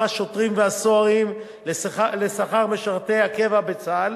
השוטרים והסוהרים לשכר משרתי הקבע בצה"ל,